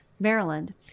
Maryland